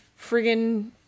friggin